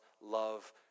love